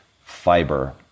fiber